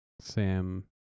Sam